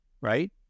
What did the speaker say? right